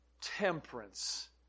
temperance